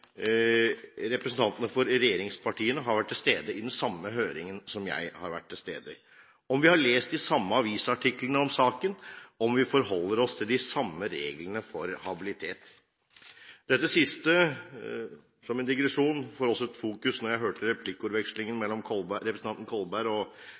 representantene for regjeringspartiene har vært til stede i den samme høringen som jeg har vært til stede i, om vi har lest de samme avisartiklene om saken, og om vi forholder oss til de samme reglene for habilitet. Som en digresjon: Dette siste får også et spesielt fokus når